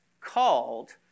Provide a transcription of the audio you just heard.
called